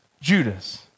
Judas